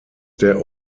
der